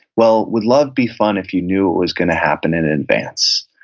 well, would love be fun if you knew it was going to happen in advance?